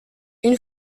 une